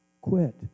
quit